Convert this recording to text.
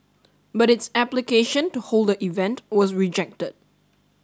but its application to hold the event was rejected